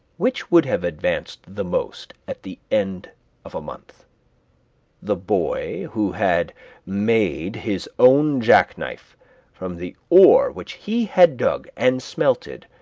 which would have advanced the most at the end of a month the boy who had made his own jackknife from the ore which he had dug and smelted,